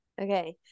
Okay